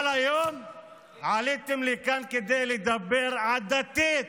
אבל היום עליתם לכאן כדי לדבר עדתית.